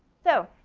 so